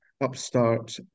upstart